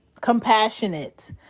compassionate